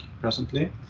presently